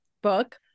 book